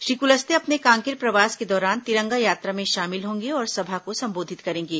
श्री कुलस्ते अपने कांकेर प्रवास के दौरान तिरंगा यात्रा में शामिल होंगे और सभा को संबोधित करेंगे